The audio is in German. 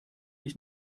ich